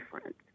friends